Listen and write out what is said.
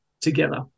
together